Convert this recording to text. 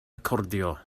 recordio